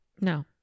No